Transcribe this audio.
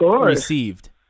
received